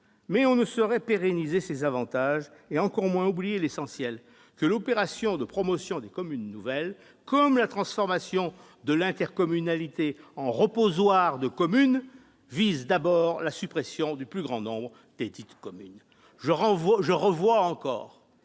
mais on ne saurait pérenniser ces avantages, et encore moins oublier l'essentiel : l'opération de promotion des communes nouvelles, comme la transformation de l'intercommunalité en reposoir de communes, vise d'abord à la suppression du plus grand nombre desdites communes. Je revois encore,